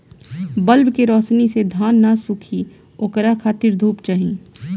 bulb के रौशनी से धान न सुखी ओकरा खातिर धूप चाही